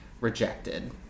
rejected